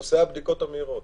הוא נושא הבדיקות המהירות.